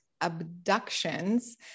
abductions